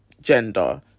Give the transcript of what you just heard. gender